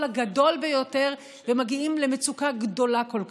הגדול ביותר ומגיעים למצוקה גדולה כל כך.